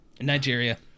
Nigeria